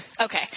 Okay